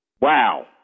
Wow